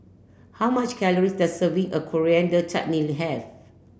how much calorie does a serving of Coriander Chutney have